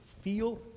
feel